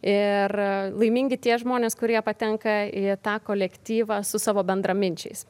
ir laimingi tie žmonės kurie patenka į tą kolektyvą su savo bendraminčiais